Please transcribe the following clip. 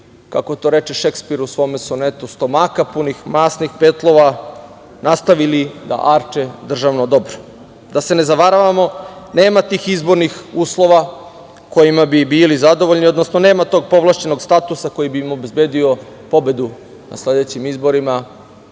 kako to reče Šekspir u svom sonetu - stomaka punih masnih petlova nastavili da arče državno dobro. Da se ne zavaravamo nema tih izbornih uslova kojima bi bili zadovoljni, odnosno nema tog povlašćenog statusa koji bi im obezbedio pobedu na sledećim izborima